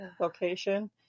location